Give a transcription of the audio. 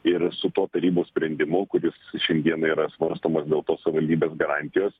ir su tuo tarybų sprendimu kuris šiandien yra svarstomas dėl tos savivaldybės garantijos